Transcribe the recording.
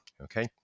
Okay